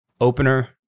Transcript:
opener